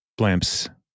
blimps